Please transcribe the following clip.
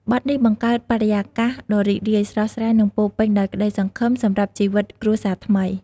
បទនេះបង្កើតបរិយាកាសដ៏រីករាយ ស្រស់ស្រាយ និងពោរពេញដោយក្តីសង្ឃឹមសម្រាប់ជីវិតគ្រួសារថ្មី។